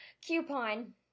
Coupon